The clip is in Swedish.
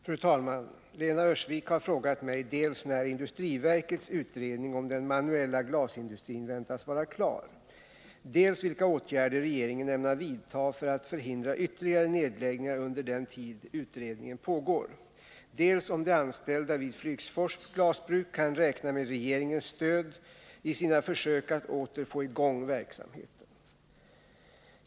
Fru talman! Lena Öhrsvik har frågat mig dels när industriverkets utredning om den manuella glasindustrin väntas vara klar, dels vilka åtgärder regeringen ämnar vidta för att förhindra ytterligare nedläggningar under den tid utredningen pågår och dels om de anställda vid Flygsfors Glasbruk kan räkna med regeringens stöd i sina försök att åter få i gång verksamheten.